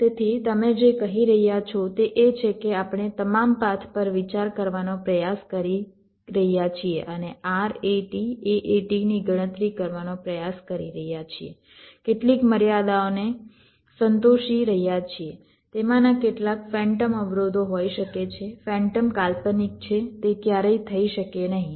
તેથી તમે જે કહી રહ્યા છો તે એ છે કે આપણે તમામ પાથ પર વિચાર કરવાનો પ્રયાસ કરી રહ્યા છીએ અને RAT AAT ની ગણતરી કરવાનો પ્રયાસ કરી રહ્યા છીએ કેટલીક મર્યાદાઓને સંતોષી રહ્યા છીએ તેમાંના કેટલાક ફેન્ટમ અવરોધો હોઈ શકે છે ફેન્ટમ કાલ્પનિક છે તે ક્યારેય થઈ શકે નહીં